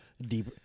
deep